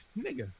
nigga